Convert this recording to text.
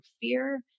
fear